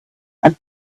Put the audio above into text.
and